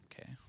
Okay